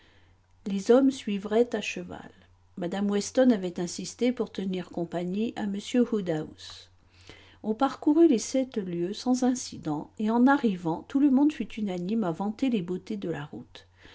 les hommes suivraient à cheval mme weston avait insisté pour tenir compagnie à m woodhouse on parcourut les sept lieues sans incident et en arrivant tout le monde fut unanime à vanter les beautés de la route